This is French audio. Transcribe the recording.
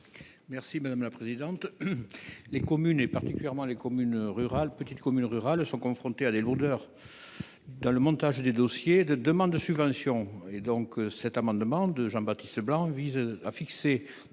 n° II 504 rectifié . Les communes, en particulier les petites communes rurales, sont confrontées à des lourdeurs dans le montage des dossiers de demande de subvention. Cet amendement de Jean Baptiste Blanc vise à fixer